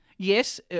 Yes